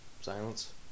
silence